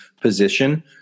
position